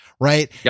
Right